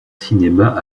cinéma